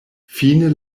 fine